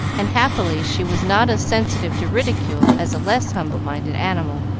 and happily she was not as sensitive to ridicule as a less humble-minded animal,